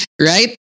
right